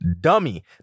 Dummy